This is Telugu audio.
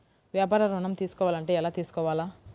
వ్యాపార ఋణం తీసుకోవాలంటే ఎలా తీసుకోవాలా?